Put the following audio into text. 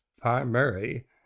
primary